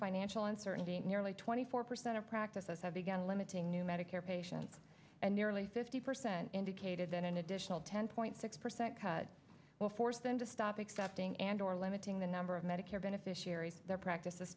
financial uncertainty nearly twenty four percent of practices have began limiting new medicare patients and nearly fifty percent indicated in an additional ten point six percent cut will force them to stop accepting and or limiting the number of medicare beneficiaries their practices